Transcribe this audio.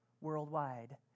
worldwide